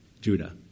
Judah